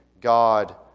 God